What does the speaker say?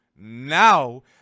now